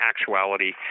actuality